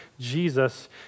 Jesus